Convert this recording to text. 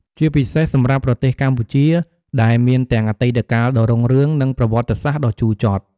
ជាពិសេសសម្រាប់ប្រទេសកម្ពុជា ដែលមានទាំងអតីតកាលដ៏រុងរឿង និងប្រវត្តិសាស្ត្រដ៏ជូរចត់។